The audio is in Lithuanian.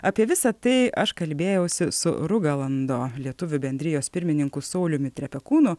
apie visa tai aš kalbėjausi su rugiolando lietuvių bendrijos pirmininku sauliumi trepekūnu